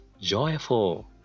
joyful